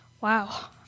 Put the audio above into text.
wow